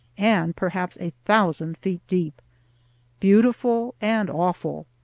and perhaps a thousand feet deep beautiful and awful.